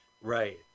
Right